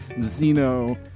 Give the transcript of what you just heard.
Zeno